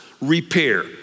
repair